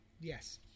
Yes